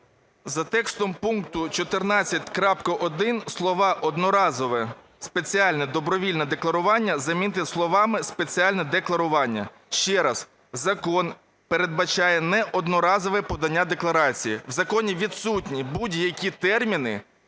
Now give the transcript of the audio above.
За текстом пункту 14.1 слова "одноразове спеціальне добровільне декларування" замінити словами "спеціальне декларування". Ще раз, закон передбачає не одноразове подання декларації, в законі відсутні будь-які терміни,